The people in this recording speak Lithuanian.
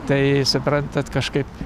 tai suprantat kažkaip